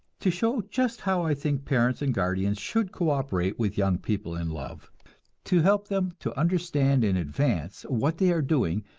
to show just how i think parents and guardians should co-operate with young people in love to help them to understand in advance what they are doing,